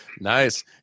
Nice